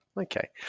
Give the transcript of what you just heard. okay